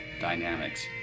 dynamics